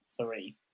three